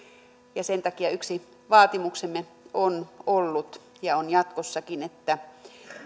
ja sen takia yksi vaatimuksemme on ollut ja on jatkossakin että